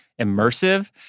immersive